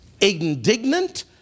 indignant